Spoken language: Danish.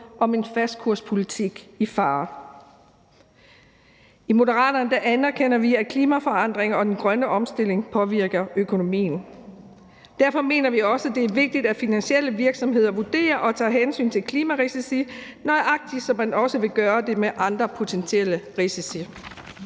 om en fastkurspolitik i fare. I Moderaterne anerkender vi, at klimaforandringer og den grønne omstilling påvirker økonomien. Derfor mener vi også, det er vigtigt at finansielle virksomheder vurderer og tager hensyn til klimarisici, nøjagtig ligesom man også vil gøre med andre potentielle risici.